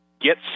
get